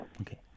Okay